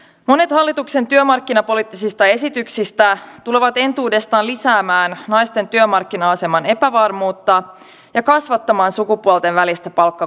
monet hallituksen työmarkkinapoliittisista esityksistä tulevat entuudestaan lisäämään naisten työmarkkina aseman epävarmuutta ja kasvattamaan sukupuolten välistä palkkakuilua